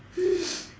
mm